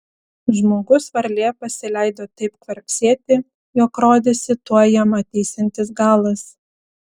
žmogus varlė pasileido taip kvarksėti jog rodėsi tuoj jam ateisiantis galas